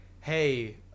hey